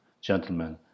gentlemen